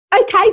okay